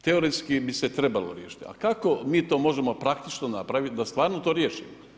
Teoretski bi se trebalo riješiti, a kako mi to možemo praktično napraviti da stvarno to riješimo?